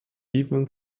even